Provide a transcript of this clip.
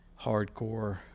hardcore